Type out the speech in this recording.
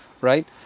right